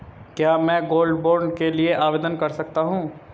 क्या मैं gold bond के लिए आवेदन कर सकता हूं?